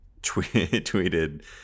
tweeted